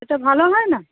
এটা ভালো হয় না